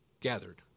gathered